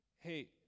Hey